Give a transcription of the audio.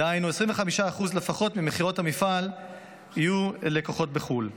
דהיינו 25% לפחות ממכירות המפעל יהיו לקוחות בחו"ל.